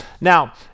Now